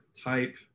type